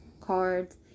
cards